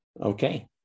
Okay